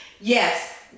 yes